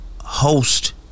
host